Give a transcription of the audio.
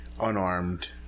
unarmed